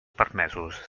permesos